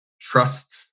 trust